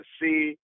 see